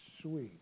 sweet